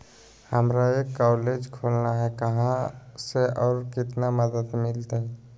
हमरा एक कॉलेज खोलना है, कहा से और कितना मदद मिलतैय?